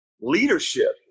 leadership